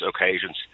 occasions